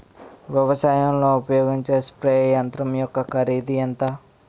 వ్యవసాయం లో ఉపయోగించే స్ప్రే యంత్రం యెక్క కరిదు ఎంత?